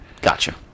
Gotcha